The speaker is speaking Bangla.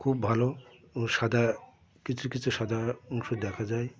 খুব ভালো ও সাদা কিছু কিছু সাদা অংশ দেখা যায়